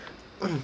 mm